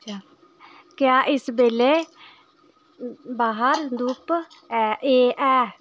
क्या इस बेल्लै बाह्र धुप्प ऐ